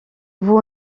vous